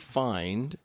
find